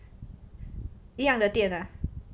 一样的店 ah